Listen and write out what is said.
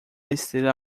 estrela